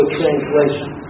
translation